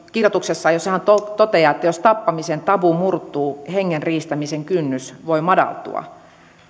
kirjoituksessaan hän toteaa että jos tappamisen tabu murtuu hengen riistämisen kynnys voi madaltua